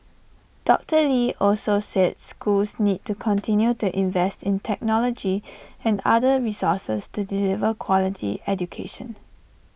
doctor lee also said schools need to continue to invest in technology and other resources to deliver quality education